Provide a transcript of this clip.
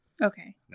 Okay